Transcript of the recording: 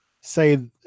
say